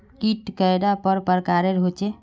कीट कैडा पर प्रकारेर होचे?